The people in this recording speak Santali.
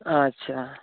ᱟᱪᱪᱷᱟ